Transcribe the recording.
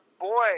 boy